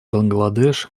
бангладеш